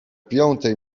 piątej